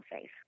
safe